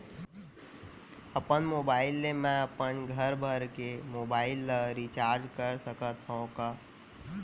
अपन मोबाइल ले मैं अपन घरभर के मोबाइल ला रिचार्ज कर सकत हव का?